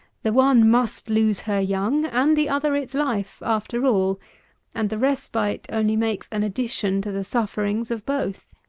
the one must lose her young, and the other its life, after all and the respite only makes an addition to the sufferings of both.